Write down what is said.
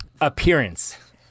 appearance